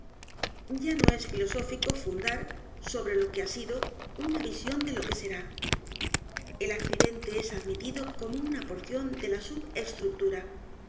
ya no es filosófico fundar sobre lo que ha sido una visión de l o que será el accidente es admitido como una porción de la